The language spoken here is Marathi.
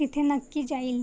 तिथे नक्की जाईल